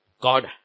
God